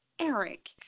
Eric